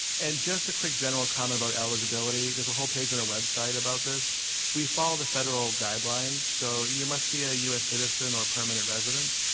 and just a quick general comment about eligibility there's a whole page on our website about this we follow the federal guidelines. so you must be a us citizen or a permanent resident.